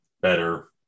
better